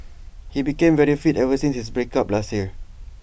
he became very fit ever since his break up last year